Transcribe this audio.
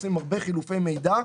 עושים הרבה חילופי מידע.